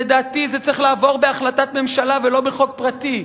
לדעתי, זה צריך לעבור בהחלטת ממשלה ולא בחוק פרטי.